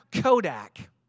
Kodak